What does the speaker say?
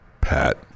Pat